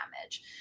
damage